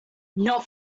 not